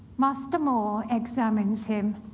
master more examines him,